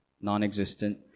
non-existent